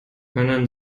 können